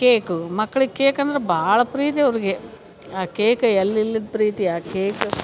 cake ಮಕ್ಳಿಗೆ cake ಅಂದರೆ ಭಾಳ ಪ್ರೀತಿ ಅವ್ರಿಗೆ ಆ ಕೇಕ ಎಲ್ಲಿಲ್ಲದ ಪ್ರೀತಿ ಆ ಕೇಕ್